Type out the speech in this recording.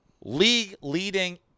league-leading